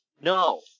No